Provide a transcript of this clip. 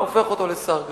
הופך אותו לשר גדול.